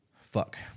fuck